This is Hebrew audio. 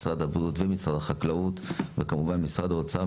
משרד הבריאות ומשרד החקלאות וכמובן משרד האוצר,